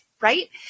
right